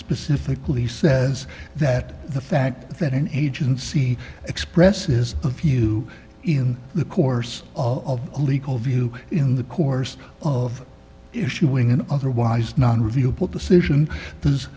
specifically says that the fact that an agency expresses a few in the course of a legal view in the course of issuing an otherwise non reviewable decision does